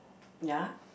ya